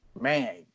man